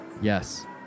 Yes